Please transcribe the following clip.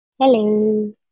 Hello